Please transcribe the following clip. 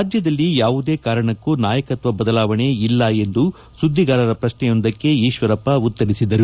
ರಾಜ್ಯದಲ್ಲಿ ಯಾವುದೇ ಕಾರಣಕ್ಕೂ ನಾಯಕತ್ವ ಬದಲಾವಣೆ ಇಲ್ಲ ಎಂದು ಸುದ್ದಿಗಾರರ ಪ್ರಶ್ನೆಯೊಂದಕ್ಕೆ ಈಶ್ವರಪ್ಪ ಉತ್ತರಿಸಿದರು